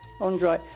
Andre